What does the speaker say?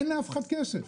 אין לאף אחד כסף